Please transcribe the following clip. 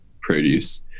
produce